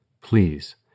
Please